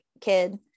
kid